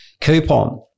coupon